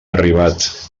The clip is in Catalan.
arribat